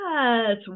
yes